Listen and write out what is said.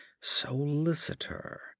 Solicitor